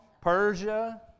Persia